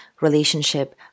relationship